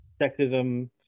Sexism